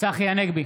צחי הנגבי,